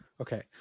Okay